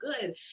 good